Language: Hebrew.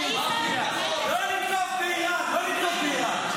עלה לך השתן לראש.